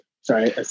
Sorry